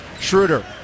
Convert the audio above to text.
Schroeder